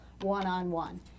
one-on-one